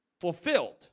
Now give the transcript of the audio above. fulfilled